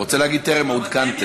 הוא רוצה להגיד שטרם עודכנתם.